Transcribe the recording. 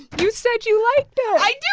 you said you liked it i do